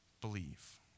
Believe